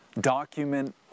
document